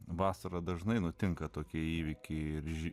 vasarą dažnai nutinka tokie įvykiai ir